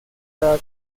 cada